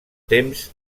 temps